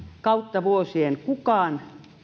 kautta vuosien kukaan